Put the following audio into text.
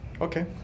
Okay